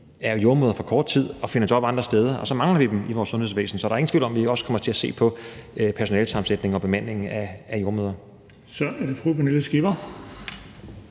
er jordemødre i for kort tid, og at de finder job andre steder, og så mangler vi dem i vores sundhedsvæsen. Så der er ingen tvivl om, at vi også kommer til at se på personalesammensætningen og bemandingen af jordemødre. Kl. 11:26 Den fg.